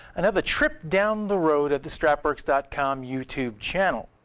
another trip down the road at the strapworks dot com youtube channel.